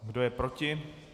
Kdo je proti?